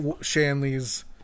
Shanley's